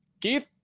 Keith